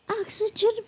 Oxygen